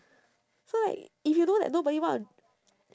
so like if you know that nobody want to